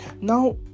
now